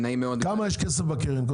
כמה כסף יש בקרן?